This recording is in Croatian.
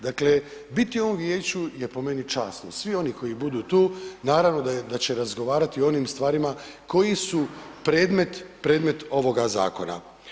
Dakle, biti u ovom vijeću je po meni časno, svi oni koji budu tu naravno da će razgovarati o onim stvarima koji su predmet, predmet ovoga zakona.